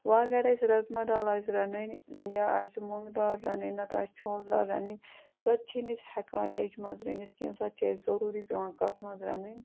وۄنۍ اگر اَسہِ رَزما دال آسہِ رَنٕنۍ یا آسہِ مۄنٛگہٕ دال رَنٕنۍ نَتہٕ آسہِ چھولہٕ دال رَنٕنۍ سۄ تہِ چھِنہٕ أسۍ ہٮ۪کان لیٚجہِ منٛز رٔنِتھ کیٚنٛہہ سۄ تہِ چھِ اَسہِ ضٔروٗری پٮ۪وان کَتھ منٛز رَنٕنۍ